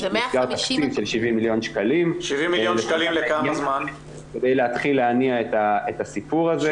נסגר תקציב של 70 מיליון ₪ כדי להתחיל להניע את הסיפור הזה.